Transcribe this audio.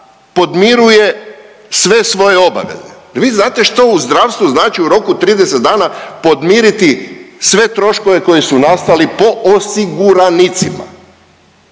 podmiruje sve svoje obaveze. Jel vi znate što u zdravstvu znači u roku 30 dana podmiriti sve troškove koji su nastali po osiguranicima?